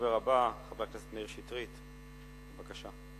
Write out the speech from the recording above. הדובר הבא, חבר הכנסת מאיר שטרית, בבקשה.